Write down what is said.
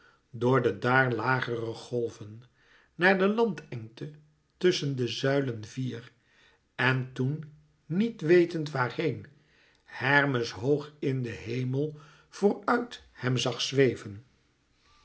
door de daar lagere golven naar de landengte tusschen de zuilen vier en toen niet wetend waar heen hermes hoog in den hemel voor uit hem zag zweven